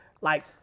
like-